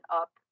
up